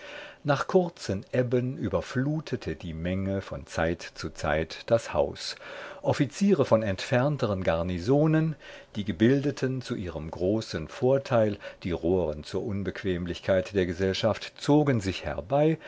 nach kurzen ebben überflutete die menge von zeit zu zeit das haus offiziere von entfernteren garnisonen die gebildeten zu ihrem großen vorteil die roheren zur unbequemlichkeit der gesellschaft zogen sich herbei